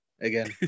again